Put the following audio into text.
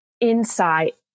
insight